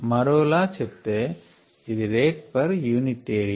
మరోలా చెప్తే ఇది రేట్ పర్ యూనిట్ ఏరియా